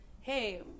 hey